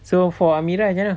so for amirah macam mana